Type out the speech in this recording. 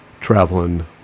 traveling